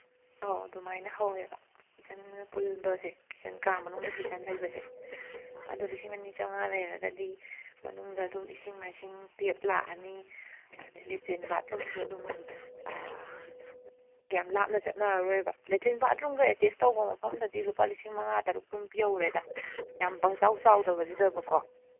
ꯑꯧ ꯑꯗꯨꯃꯥꯏꯅ ꯍꯧꯋꯦꯕ ꯀꯤꯠꯆꯟꯒ ꯄꯨꯟꯕꯁꯦ ꯀꯤꯠꯆꯟ ꯀꯥ ꯃꯅꯨꯡꯗ ꯀꯤꯠꯆꯟ ꯂꯩꯕꯁꯦ ꯑꯗꯨ ꯂꯤꯁꯤꯡ ꯑꯅꯤ ꯆꯥꯝꯃꯉꯥ ꯂꯩꯔꯒꯗꯤ ꯃꯅꯨꯡꯗ ꯑꯗꯨꯝ ꯏꯁꯤꯡ ꯃꯥꯏꯁꯤꯡ ꯇꯦꯞ ꯂꯥꯛꯑꯅꯤ ꯑꯗꯩ ꯂꯦꯇ꯭ꯔꯤꯟ ꯕꯥꯠꯔꯨꯝꯁꯨ ꯑꯗꯨꯝ ꯌꯥꯝ ꯂꯥꯞꯅ ꯆꯠꯅꯔꯣꯏꯕ ꯂꯦꯇ꯭ꯔꯤꯟ ꯕꯥꯠꯔꯨꯝꯒ ꯑꯦꯇꯦꯁ ꯇꯧꯕ ꯃꯐꯝꯗꯗꯤ ꯂꯨꯄꯥ ꯂꯤꯁꯤꯡ ꯃꯉꯥ ꯇꯔꯨꯛꯇꯨꯝ ꯄꯤꯍꯧꯋꯦꯗ ꯌꯥꯝ ꯄꯪꯆꯥꯎ ꯆꯥꯎꯗꯕꯁꯤꯗꯕꯀꯣ